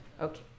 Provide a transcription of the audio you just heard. Okay